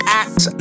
act